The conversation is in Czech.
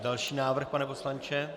Další návrh, pane poslanče.